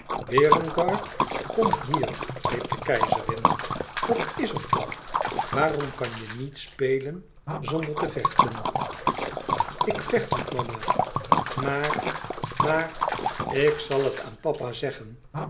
berengar kom hier riep de keizerin wat is er toch waarom kan je niet spelen zonder te vechten ik vecht niet mama maar maar ik zal het aan papa zeggen